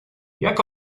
jak